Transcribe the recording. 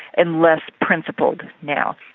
and less principled now.